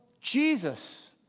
Jesus